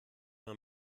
man